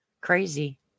crazy